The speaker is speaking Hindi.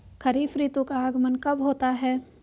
खरीफ ऋतु का आगमन कब होता है?